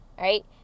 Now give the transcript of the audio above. right